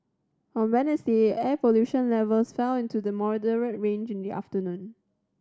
on Wednesday air pollution levels fell into the moderate range in the afternoon